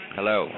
Hello